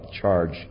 charge